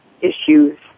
issues